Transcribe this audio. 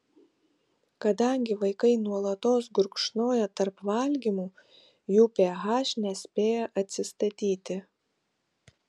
kadangi vaikai nuolatos gurkšnoja tarp valgymų jų ph nespėja atsistatyti